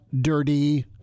dirty